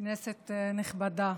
כנסת נכבדה,